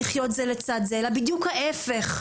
לצד זה, אלא בדיוק ההיפך.